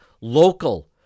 local